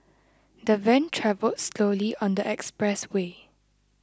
the van travelled slowly on the expressway